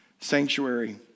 sanctuary